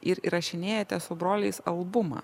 ir įrašinėjate su broliais albumą